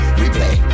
replay